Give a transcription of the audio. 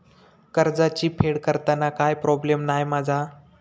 कर्जाची फेड करताना काय प्रोब्लेम नाय मा जा?